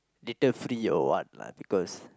later free or what lah because